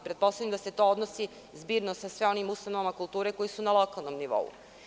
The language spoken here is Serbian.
Pretpostavljam da se to zbirno odnosi sa sve onim ustanovama kulture koje su na lokalnom nivou.